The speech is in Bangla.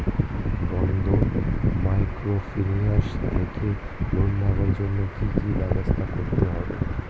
বন্ধন মাইক্রোফিন্যান্স থেকে লোন নেওয়ার জন্য কি কি ব্যবস্থা করতে হবে?